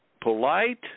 polite